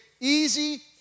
easy